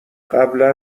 قبلا